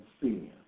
sin